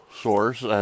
source